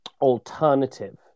alternative